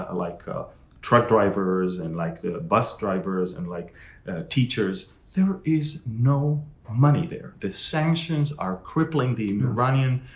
ah like ah truck drivers, and like the bus drivers, and like teachers. there is no money there. the sanctions are crippling the iranian